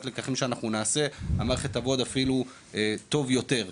הלקחים שנעשה המערכת תעבוד אפילו טוב יותר.